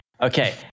Okay